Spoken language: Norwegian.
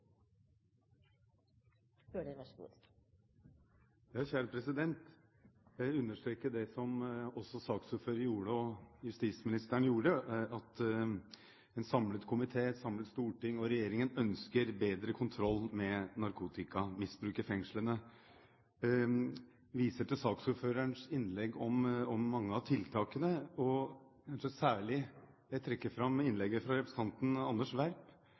Jeg vil understreke, som også saksordføreren og justisministeren gjorde, at en samlet komité, et samlet storting og regjeringen ønsker bedre kontroll med narkotikamisbruk i fengslene. Jeg viser til saksordførerens innlegg om mange av tiltakene, og jeg vil særlig trekke fram innlegget fra representanten Anders B. Werp.